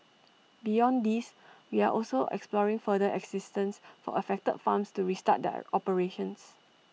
beyond these we are also exploring further assistance for affected farms to restart their operations